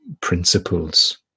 principles